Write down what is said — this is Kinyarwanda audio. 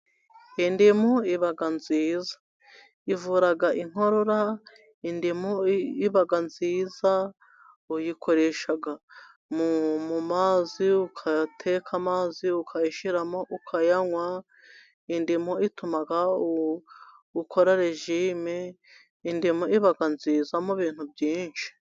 Indimu iba nziza ivura inkorora, indimu iba nziza uyikoresha mu mazi ukayateka, amazi ukayishyiramo ukayanwa. Indimu ituma ukora rejime, indimu iba nziza mu bintu byinshi.